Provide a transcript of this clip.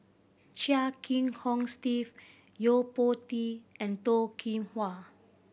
Chia Kiah Hong Steve Yo Po Tee and Toh Kim Hwa